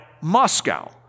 Moscow